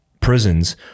prisons